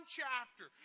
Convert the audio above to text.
chapter